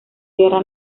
guerra